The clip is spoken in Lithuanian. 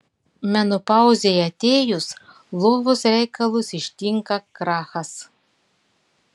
menopauzei atėjus lovos reikalus ištinka krachas